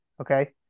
okay